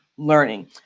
learning